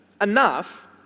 enough